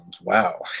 Wow